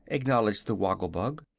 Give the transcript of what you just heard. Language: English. acknowledged the woggle-bug.